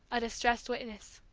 a distressed witness.